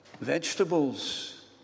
Vegetables